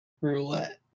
roulette